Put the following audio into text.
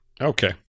Okay